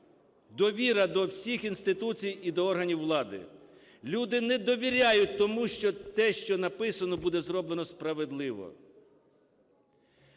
Довіра до всіх інституцій і до органів влади. Люди не довіряють тому, що те, що написано, буде зроблено справедливо.